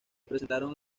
presentaron